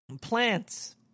plants